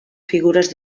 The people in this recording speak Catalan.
figures